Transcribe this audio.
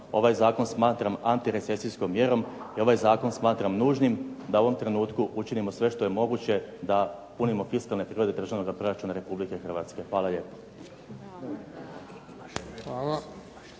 Ovaj zakon smatram antirecesijskom mjerom i ovaj zakon smatram nužnim, da u ovom trenutku učinimo sve što je moguće da punimo fiskalne ... državnoga proračuna Republike Hrvatske. Hvala lijepo.